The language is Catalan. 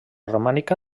romànica